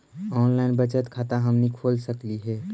Online बचत खाता हमनी खोल सकली हे?